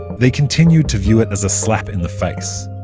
they continued to view it as a slap in the face,